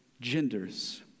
genders